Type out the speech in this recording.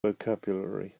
vocabulary